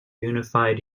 unified